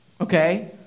Okay